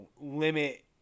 limit